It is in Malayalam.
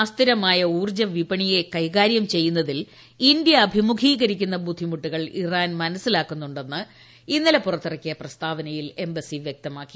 അസ്ഥിരമായ ഊർജ്ജവിപണിയെ കൈകാര്യം ചെയ്യുന്നതിൽ ഇന്ത്യ അഭിമുഖീകരിക്കുന്ന ബുദ്ധിമുട്ടുകൾ ഇറാൻ മനസ്സിലാക്കുന്നുണ്ടെന്ന് ഇന്നലെ പുറത്തിറക്കിയ പ്രസ്താവനയിൽ എംബസി വ്യക്തമാക്കി